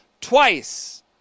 Twice